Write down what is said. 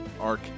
arc